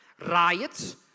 riots